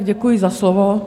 Děkuji za slovo.